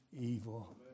evil